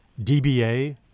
DBA